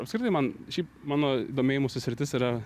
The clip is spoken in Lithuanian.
apskritai man šiaip mano domėjimosi sritis yra